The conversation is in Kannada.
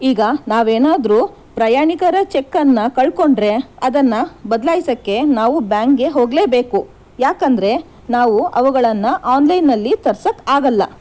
ಈಗ ನಾವೇನಾದರೂ ಪ್ರಯಾಣಿಕರ ಚೆಕ್ಕನ್ನು ಕಳ್ಕೊಂಡ್ರೆ ಅದನ್ನು ಬದ್ಲಾಯಿಸಕ್ಕೆ ನಾವು ಬ್ಯಾಂಕ್ಗೆ ಹೋಗಲೇಬೇಕು ಯಾಕೆಂದರೆ ನಾವು ಅವುಗಳನ್ನು ಆನ್ಲೈನ್ನಲ್ಲಿ ತರ್ಸಕ್ಕೆ ಆಗಲ್ಲ